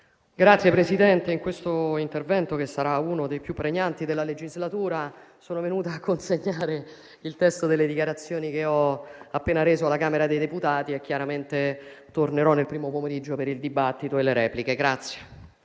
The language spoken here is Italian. Signor Presidente, in questo intervento, che sarà uno dei più pregnanti della legislatura, le consegno il testo delle dichiarazioni che ho appena reso alla Camera dei deputati. Tornerò nel primo pomeriggio per il dibattito e le repliche.